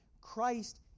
Christ